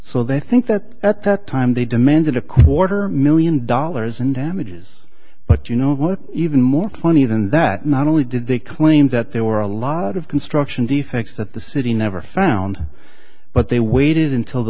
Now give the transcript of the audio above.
so they think that at that time they demanded a quarter million dollars in damages but you know what even more funny than that not only did they claim that there were a lot of construction defects that the city never found but they waited until the